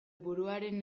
buruaren